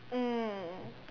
mm